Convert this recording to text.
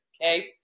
Okay